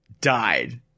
died